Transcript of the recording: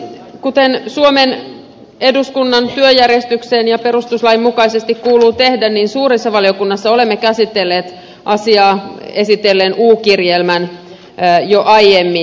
kuten suomen eduskunnan työjärjestyksen ja perustuslain mukaisesti kuuluu tehdä suuressa valiokunnassa olemme käsitelleet asiaa esitelleen u kirjelmän jo aiemmin